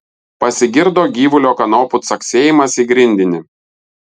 pasigirdo gyvulio kanopų caksėjimas į grindinį